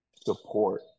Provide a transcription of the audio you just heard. support